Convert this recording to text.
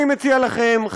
אני מציע לכם,